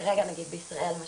כרגע נגיד בישראל למשל,